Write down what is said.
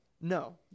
No